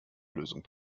lösung